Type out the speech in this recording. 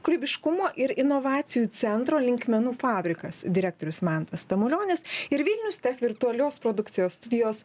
kūrybiškumo ir inovacijų centro linkmenų fabrikas direktorius mantas tamulionis ir vilnius tech virtualios produkcijos studijos